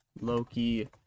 Loki